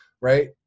right